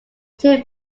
two